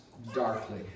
Darkly